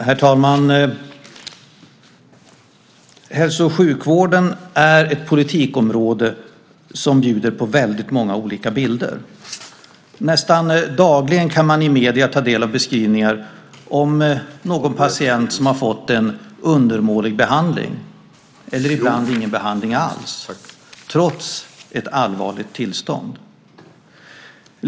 Herr talman! Hälso och sjukvården är ett politikområde som bjuder på väldigt många olika bilder. Nästan dagligen kan man i medierna ta del av beskrivningar av hur någon patient har fått en undermålig behandling eller ibland ingen behandling alls, trots ett allvarligt tillstånd.